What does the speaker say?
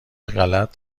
غلط